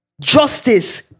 justice